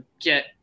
get